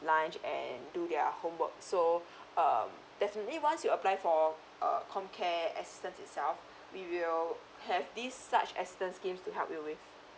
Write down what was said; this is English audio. lunch and do their homework so um definitely once you apply for uh comcare assistance itself we will have these such assistance schemes to help you with